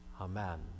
Amen